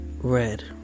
red